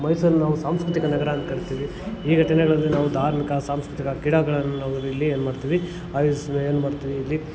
ಮೈಸೂರನ್ನ ನಾವು ಸಾಂಸ್ಕೃತಿಕ ನಗರ ಅಂತ ಕರಿತೀವಿ ಈ ಘಟನೆಗಳನ್ನು ನಾವು ಧಾರ್ಮಿಕ ಸಾಂಸ್ಕೃತಿಕ ಕ್ರೀಡೆಗಳನ್ನು ನಾವು ಇಲ್ಲಿ ಏನ್ಮಾಡ್ತಿವಿ ಆಯೋಜಿಸಿ ಏನ್ಮಾಡ್ತೀವಿ ಇಲ್ಲಿ